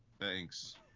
thanks